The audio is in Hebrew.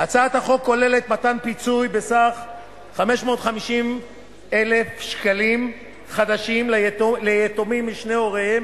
הצעת החוק כוללת מתן פיצוי בסך 550,000 שקלים חדשים ליתומים משני הוריהם